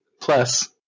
Plus